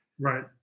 Right